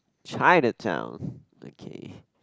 Chinatown okay